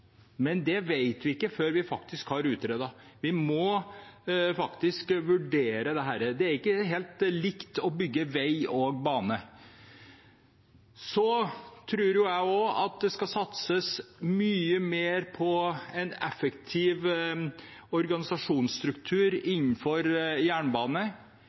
men det vet vi ikke før vi faktisk har utredet. Vi må vurdere dette. Det er ikke helt likt å bygge vei og bane. Jeg tror også at det skal satses mye mer på en effektiv organisasjonsstruktur innenfor jernbane. Vi er i